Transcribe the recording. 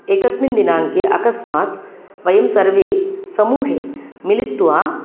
एकस्मिन् दिनाङ्के अकस्मात् वयं सर्वे समूहे मिलीत्वा